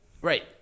Right